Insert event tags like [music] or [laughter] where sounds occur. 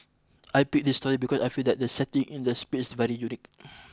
I picked this story because I feel that the setting in the space very unique [noise]